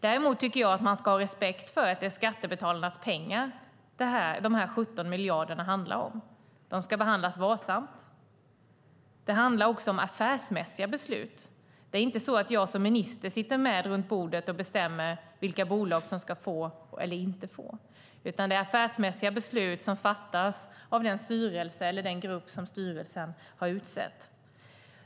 Däremot tycker jag att man ska ha respekt för att det är skattebetalarnas pengar dessa 17 miljarder handlar om. De ska behandlas varsamt. Det handlar också om affärsmässiga beslut. Det är inte så att jag som minister sitter med runt bordet och bestämmer vilka bolag som ska få eller inte få, utan det är affärsmässiga beslut som fattas av styrelsen eller av den grupp styrelsen har utsett.